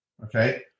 Okay